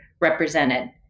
represented